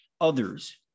others